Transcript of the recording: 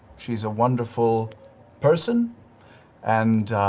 she's a wonderful person and.